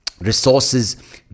resources